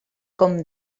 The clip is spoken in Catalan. com